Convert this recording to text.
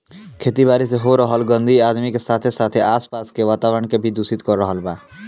खेती बारी से हो रहल गंदगी आदमी के साथे साथे आस पास के वातावरण के भी दूषित कर रहल बा